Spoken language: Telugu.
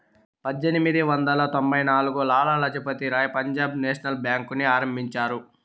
పజ్జేనిమిది వందల తొంభై నాల్గులో లాల లజపతి రాయ్ పంజాబ్ నేషనల్ బేంకుని ఆరంభించారు